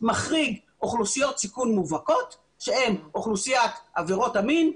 מחריג אוכלוסיות סיכון מובהקות שהן אוכלוסיית עבירות המין,